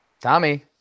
Tommy